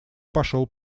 пошел